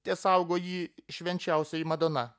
tesaugo jį švenčiausioji madona